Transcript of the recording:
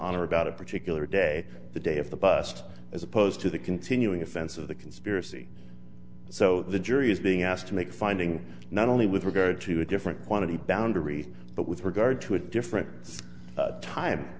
or about a particular day the day of the bust as opposed to the continuing offense of the conspiracy so the jury is being asked to make finding not only with regard to a different quantity boundary but with regard to a different time